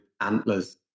antlers